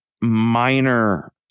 minor